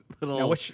little